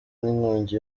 n’inkongi